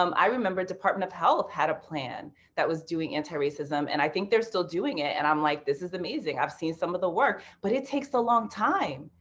um i remember department of health had a plan that was doing antiracism, and i think they are still doing it. and i'm, like, this is amazing. i have seen some of the work. but it takes a long time.